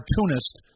cartoonist